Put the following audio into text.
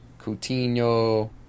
Coutinho